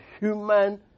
human